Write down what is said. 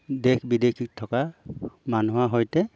দেশ বিদেশত থকা মানুহৰ সৈতে